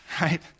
right